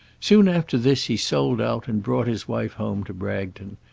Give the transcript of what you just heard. soon after this he sold out and brought his wife home to bragton.